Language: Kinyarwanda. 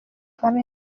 valens